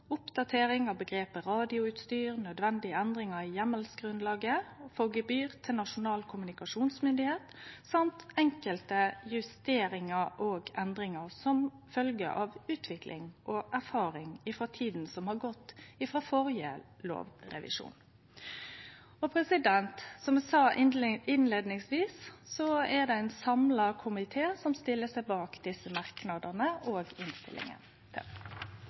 oppdatering av omgrepet radioutstyr, nødvendige endringar i heimelsgrunnlaget for gebyr til Nasjonal kommunikasjonsmyndigheit, samt enkelte justeringar og endringar som følgje av utvikling og erfaring frå tida som har gått frå førre lovrevisjon. Som eg sa innleiingsvis, er det ein samla komité som stiller seg bak desse merknadene og innstillinga.